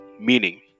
Meaning